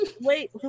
Wait